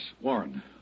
Warren